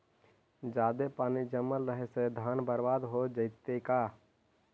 जादे पानी जमल रहे से धान बर्बाद हो जितै का?